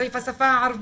סעיף השפה הערבית,